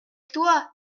toi